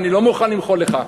אני לא מוכן למחול לך.